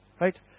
Right